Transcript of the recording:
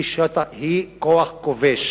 היא כוח כובש.